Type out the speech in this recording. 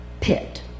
pit